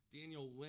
Daniel